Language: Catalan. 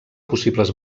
possibles